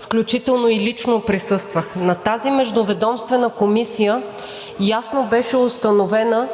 включително и лично присъствах. На тази междуведомствена комисия ясно беше установена